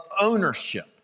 ownership